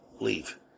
leave